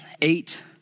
Eight